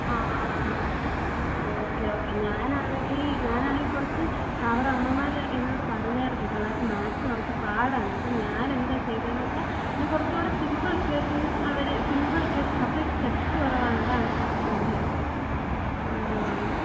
ആ ആ ആ ഓക്കെ ഓക്കെ ഞാൻ ആണെങ്കിൽ ഞാൻ ആണെങ്കിൽ കുറച്ച് അവർ അമ്മമാർ എന്നോട് പറഞ്ഞായിരുന്നു പിള്ളേർക്ക് മാത്സ്സ് കുറച്ച് പാടാണ് എന്ന് അപ്പോൾ ഞാൻ എന്താ ചെയ്തത് എന്ന് വെച്ചാൽ ഞാൻ കുറച്ചുകൂടെ സിമ്പിൾ ഇക്ക്വേഷൻ അവർ സിമ്പിൾ ഇക്ക്വേഷൻ അപ്പം ഈ സ്റ്റെപ് കുറവാണ് അതാണ് പ്രശ്നം അല്ലേ ആ ആ